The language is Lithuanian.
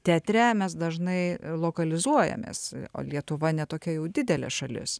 teatre mes dažnai lokalizuojamės o lietuva ne tokia jau didelė šalis